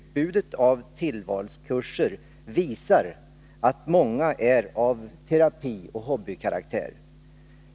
Utbudet av tillvalskurser visar att många är av terapioch hobbykaraktär.